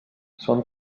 són